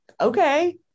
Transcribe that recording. okay